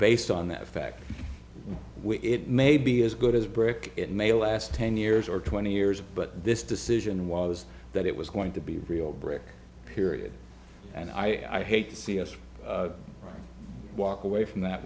based on that fact it may be as good as brick it may last ten years or twenty years but this decision was that it was going to be real brick period and i hate to see us walk away from that